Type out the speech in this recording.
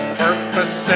purpose